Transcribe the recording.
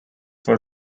for